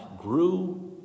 grew